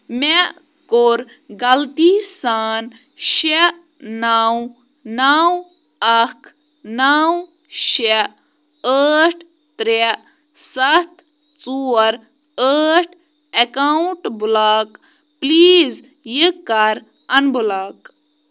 مےٚ کوٚر غلطی سان شےٚ نَو نَو اَکھ نَو شےٚ ٲٹھ ترٛےٚ سَتھ ژور ٲٹھ اٮ۪کاوُنٛٹ بٕلاک پٕلیٖز یہِ کَر اَنبٕلاک